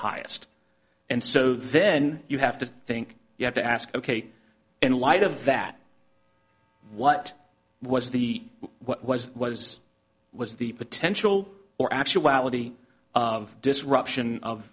highest and so then you have to think you have to ask ok in light of that what was the what was was was the potential or actuality of disruption of